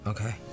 Okay